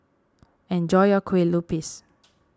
enjoy your Kueh Lupis